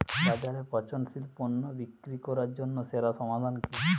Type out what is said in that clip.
বাজারে পচনশীল পণ্য বিক্রি করার জন্য সেরা সমাধান কি?